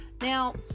Now